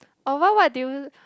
oh what what did you